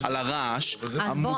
על הרעש --- נאור,